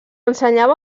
ensenyava